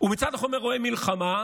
מצד אחד רואה מלחמה,